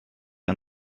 ein